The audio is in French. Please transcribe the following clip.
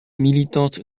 militante